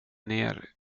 ner